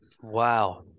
wow